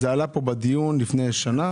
זה עלה כאן בדיון לפני שנה.